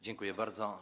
Dziękuję bardzo.